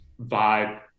vibe